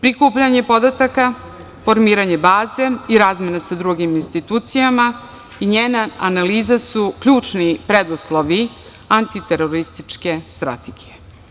Prikupljanje podataka, formiranje baze i razmena sa drugim institucijama i njena analiza su ključni preduslovi antiterorističke strategije.